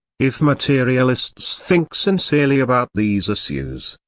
if materialists think sincerely about these issues,